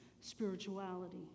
spirituality